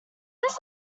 this